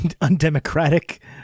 undemocratic